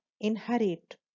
inherit